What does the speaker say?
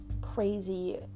crazy